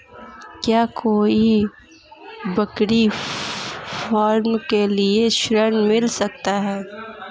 क्या कोई बकरी फार्म के लिए ऋण मिल सकता है?